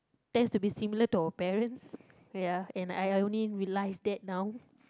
that's to be similar to our parents ya and I I only realise that now